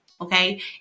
Okay